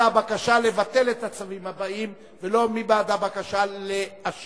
המכס והפטורים ומס קנייה על טובין (תיקון מס'